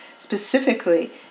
specifically